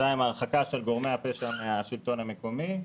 שתיים הרחקה של גורמי הפשע מהשלטון המקומי,